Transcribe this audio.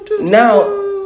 Now